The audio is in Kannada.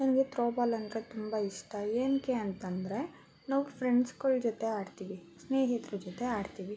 ನನಗೆ ತ್ರೋಬಾಲ್ ಅಂದರೆ ತುಂಬ ಇಷ್ಟ ಏನಕ್ಕೆ ಅಂತಂದರೆ ನಾವು ಫ್ರೆಂಡ್ಸ್ಗಳ್ ಜೊತೆ ಆಡ್ತೀವಿ ಸ್ನೇಹಿತ್ರ ಜೊತೆ ಆಡ್ತೀವಿ